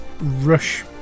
rush